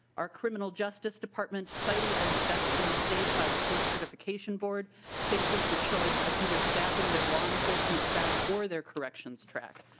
our criminal justice department cited as the best in the state by the post certification board faces the choice of either stopping their law-enforcement track or the corrections track.